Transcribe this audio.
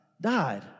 died